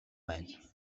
байна